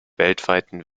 weltweiten